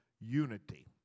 unity